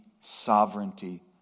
sovereignty